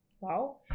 Wow